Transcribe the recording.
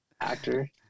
actor